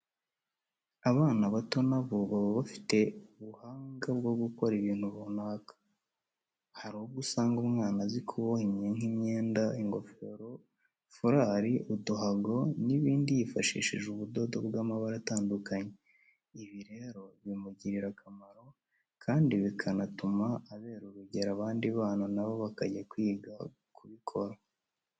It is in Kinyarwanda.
Abana bato na bo baba bafite ubuhanga bwo gukora ibintu runaka. Hari ubwo usanga umwana azi kuboha nk'imyenda, ingofero, furari, uduhago n'ibindi yifashishije ubudodo bw'amabara atandukanye. Ibi rero bimugirira akamaro, kandi bikanatuma abera urugero abandi bana na bo bakajya kwiga ku bikora.